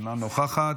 אינה נוכחת,